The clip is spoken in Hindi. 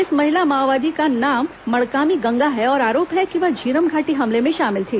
इस महिला माओवादी का नाम मड़कामी गंगा है और आरोप है कि वह झीरम घाटी हमले में शामिल थी